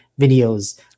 videos